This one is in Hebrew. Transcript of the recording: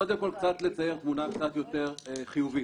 קודם כל, לצייר תמונה קצת יותר חיובית.